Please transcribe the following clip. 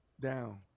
down